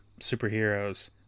superheroes